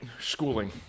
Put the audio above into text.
Schooling